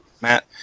Matt